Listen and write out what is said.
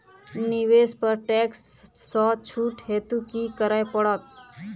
निवेश पर टैक्स सँ छुट हेतु की करै पड़त?